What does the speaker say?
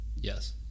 Yes